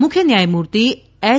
મુખ્ય ન્યાયમૂર્તિ એસ